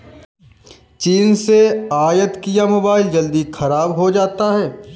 चीन से आयत किया मोबाइल जल्दी खराब हो जाता है